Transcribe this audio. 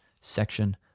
section